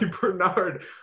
Bernard